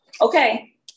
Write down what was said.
okay